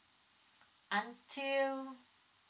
until